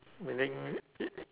meaning